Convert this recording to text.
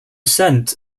cent